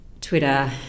Twitter